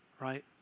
Right